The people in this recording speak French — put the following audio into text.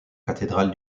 cathédrale